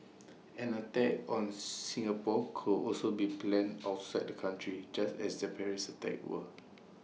an attack on Singapore could also be planned outside the country just as the Paris attacks were